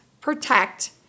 protect